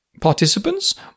participants